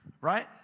right